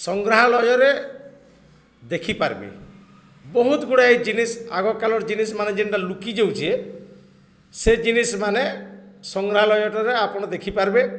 ସଂଗ୍ରହାଳୟରେ ଦେଖିପାରିବେ ବହୁତ ଗୁଡ଼ାଏ ଜିନିଷ୍ ଆଗକାଳର ଜିନିଷ୍ ମାନେ ଯେନ୍ଟାକି ଲୁକି ଯାଉଛେ ସେ ଜିନିଷ ମାନେ ସଂଗ୍ରହାଳୟଟାରେ ଆପଣ ଦେଖିପାରବେ